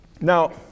Now